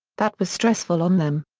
that was stressful on them.